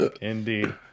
Indeed